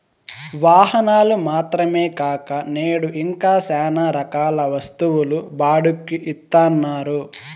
వాహనాలు మాత్రమే కాక నేడు ఇంకా శ్యానా రకాల వస్తువులు బాడుక్కి ఇత్తన్నారు